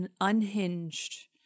unhinged